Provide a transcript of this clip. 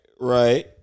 Right